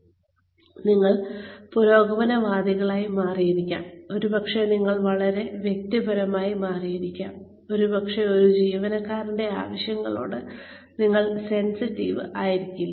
ഒരുപക്ഷേ നിങ്ങൾ പുരോഗമനവാദിയായി മാറിയിരിക്കാം ഒരുപക്ഷേ നിങ്ങൾ വളരെ വ്യക്തിപരമായി മാറിയിരിക്കാം ഒരുപക്ഷേ ഈ ജീവനക്കാരന്റെ ആവശ്യങ്ങളോട് നിങ്ങൾ സെൻസിറ്റീവ് ആയിരിക്കില്ല